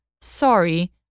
Sorry